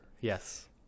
yes